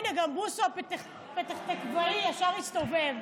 הינה, גם בוסו, הפתח תקוואי, ישר הסתובב.